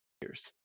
years